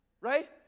right